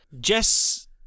Jess